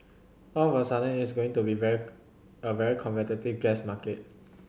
all of a sudden it's going to be a very a very competitive gas market